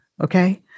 okay